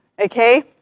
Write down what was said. okay